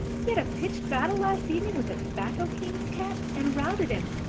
he had a pitched battle last evening with the tobacco-king's cat and routed him,